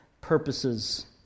purposes